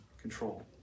control